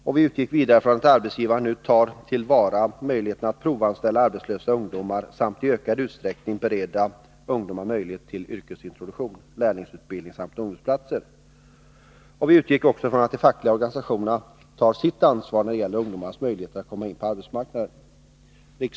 Utskottet utgick vidare från att arbetsgivarna nu tar till vara möjligheten att provanställa arbetslösa ungdomar samt i ökad utsträckning bereda ungdomar möjlighet till yrkesintroduktion, lärlingsutbildning samt ungdomsplatser. Utskottet utgick också från att de fackliga organisationerna tar sitt ansvar när det gäller ungdomarnas möjligheter att komma in på arbetsmarknaden.